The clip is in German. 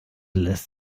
lässt